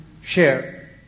share